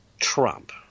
Trump